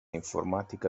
informatica